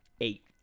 eight